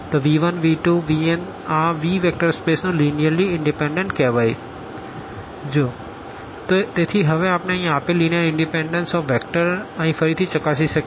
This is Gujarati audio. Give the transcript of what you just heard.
તો v1v2vn આ V વેક્ટર સ્પેસ નું લીનીઅર્લી ઇનડીપેનડન્ટ કેહવાય જો 1v12v2nvn0⟹12n0 iscalars તેથી હવે આપણે અહીં આપેલ આ લીનીઅર ઇનડીપેનડન્સ ઓફ વેક્ટર અહીં ફરીથી ચકાસી શકીએ છીએ